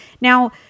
Now